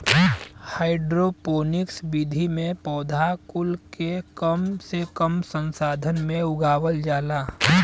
hydroponics विधि में पौधा कुल के कम से कम संसाधन में उगावल जाला